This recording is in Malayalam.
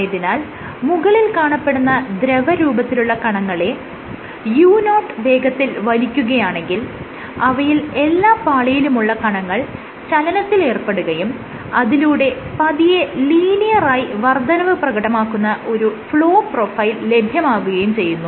ആയതിനാൽ മുകളിൽ കാണപ്പെടുന്ന ദ്രവരൂപത്തിലുള്ള കണങ്ങളെ u0 വേഗത്തിൽ വലിക്കുകയാണെങ്കിൽ അവയിൽ എല്ലാ പാളിയിലുമുള്ള കണങ്ങൾ ചലനത്തിൽ ഏർപ്പെടുകയും അതിലൂടെ പതിയെ ലീനിയറായി വർദ്ധനവ് പ്രകടമാക്കുന്ന ഒരു ഫ്ലോ പ്രൊഫൈൽ ലഭ്യമാകുകയും ചെയ്യുന്നു